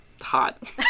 hot